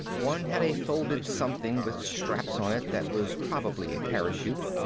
one had a folded something with straps on it that was probably a parachute.